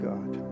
God